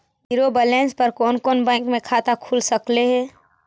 Zero balance पर कोन कोन बैंक में खाता खुल सकले हे?